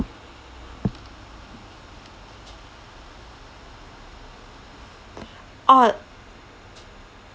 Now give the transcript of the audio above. oh